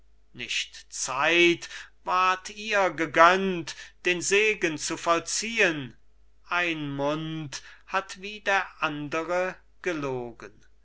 nicht zeit ward ihr gegönnt den segen zu vollziehen ein mund hat wie der andere gelogen